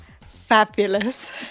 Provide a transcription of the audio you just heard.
fabulous